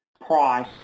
price